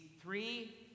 three